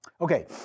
Okay